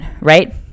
right